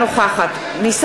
אינו משתתף בהצבעה אראל מרגלית,